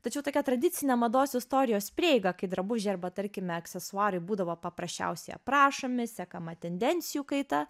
tačiau tokia tradicinė mados istorijos prieiga kai drabužiai arba tarkime aksesuarai būdavo paprasčiausiai aprašomi sekama tendencijų kaita